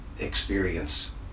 experience